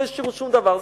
לא השאירו שום דבר.